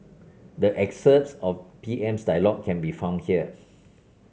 the excerpts of P M's dialogue can be found here